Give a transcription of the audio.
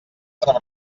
per